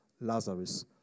Lazarus